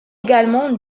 également